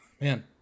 Man